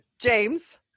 James